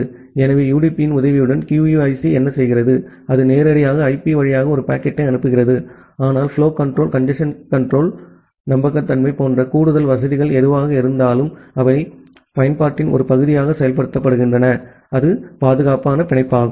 எனவே யுடிபியின் உதவியுடன் QUIC என்ன செய்கிறது அது நேரடியாக ஐபி வழியாக ஒரு பாக்கெட்டை அனுப்புகிறது ஆனால் புலோ கன்ட்ரோல் கஞ்சேஸ்ன் கட்டுப்பாடு நம்பகத்தன்மை போன்ற கூடுதல் வசதிகள் எதுவாக இருந்தாலும் அவை பயன்பாட்டின் ஒரு பகுதியாக செயல்படுத்தப்படுகின்றன பாதுகாப்பான பிணைப்பு